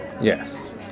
yes